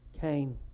Cain